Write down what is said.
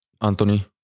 Anthony